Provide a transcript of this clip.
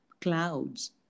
clouds